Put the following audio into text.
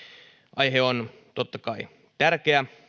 aihe on totta kai tärkeä